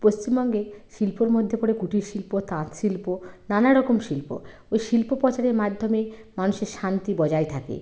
পশ্চিমবঙ্গে শিল্পর মধ্যে পড়ে কুটির শিল্প তাঁত শিল্প নানারকম শিল্প ওই শিল্প প্রচারের মাধ্যমে মানুষের শান্তি বজায় থাকে